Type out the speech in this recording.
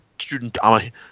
student